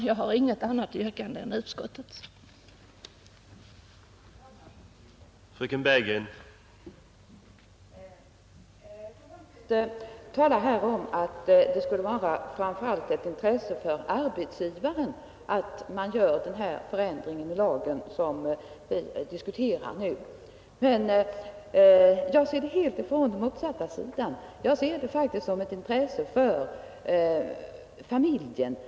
Jag har inget annat yrkande än om bifall till utskottets hemställan.